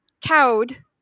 cowed